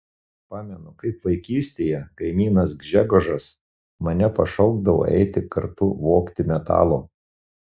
pamenu kaip vaikystėje kaimynas gžegožas mane pašaukdavo eiti kartu vogti metalo